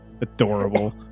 Adorable